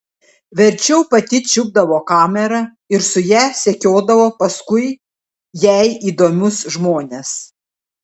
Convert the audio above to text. verčiau pati čiupdavo kamerą ir su ja sekiodavo paskui jai įdomius žmones